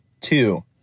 Two